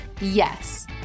Yes